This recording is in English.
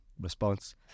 response